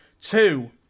Two